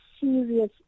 serious